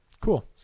Cool